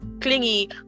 clingy